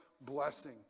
blessing